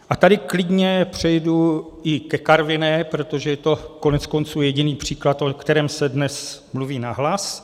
A tady klidně přejdu i ke Karviné, protože je to koneckonců jediný příklad, o kterém se dnes mluví nahlas.